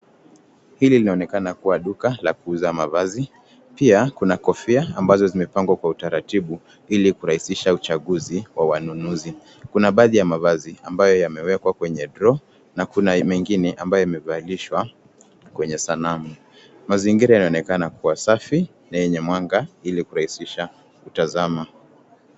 Hili linaonekana kuwa duka la kuuza mavazi. Pia, kuna kofia ambazo zimepangwa kwa utaratibu ili kurahisisha uchaguzi wa wanunuzi. Kuna baadhi ya mavazi ambayo yamewekwa kwenye droo na kuna mengine ambayo yamevalishwa kwenye sanamu. Mazingira yanaonekana kuwa safi na yenye mwanga ili kurahisisha kutazama.